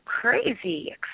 crazy